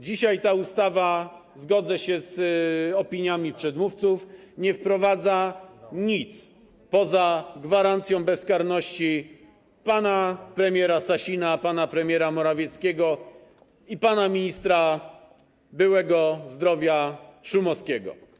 Dzisiaj ta ustawa, zgodzę się z opiniami przedmówców, nie wprowadza nic, poza gwarancją bezkarności pana premiera Sasina, pana premiera Morawieckiego i byłego ministra zdrowia pana Szumowskiego.